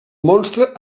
monstre